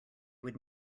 would